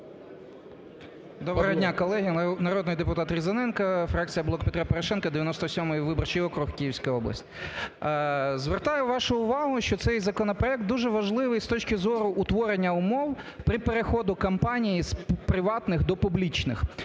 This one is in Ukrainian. Доброго дня, колеги! Народний депутат Різаненко, фракція "Блок Петра Порошенка", 97 виборчий округ, Київська область. Звертаю вашу увагу, що цей законопроект дуже важливий з точки зору утворення умов при переході компаній з приватних до публічних.